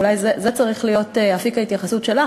אולי זה צריך להיות אפיק ההתייחסות שלך,